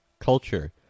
culture